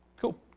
Cool